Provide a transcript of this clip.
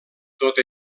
tot